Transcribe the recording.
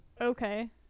Okay